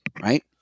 right